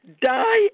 Die